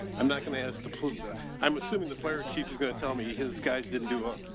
i'm not going to ask the pollute the, i'm assuming the fire chief is going to tell me his guys didn't do a,